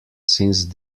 since